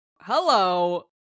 hello